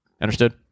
Understood